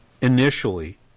initially